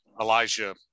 Elijah